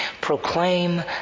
proclaim